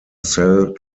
cell